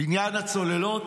עניין הצוללות,